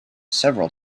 several